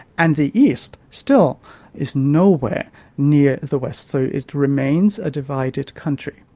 and the east still is nowhere near the west, so it remains a divided country.